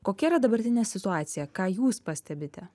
kokia yra dabartinė situacija ką jūs pastebite